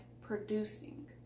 producing